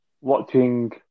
Watching